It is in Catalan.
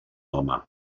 home